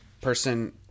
person